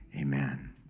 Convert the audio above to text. amen